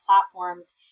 platforms